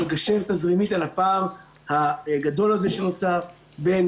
לגשר תזרימית על הפער הגדול הזה שנוצר בין,